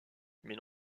mais